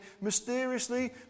mysteriously